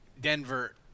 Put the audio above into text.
Denver